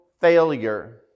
failure